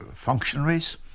functionaries